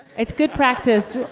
it's good practice.